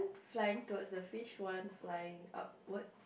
flying towards the fish one flying upward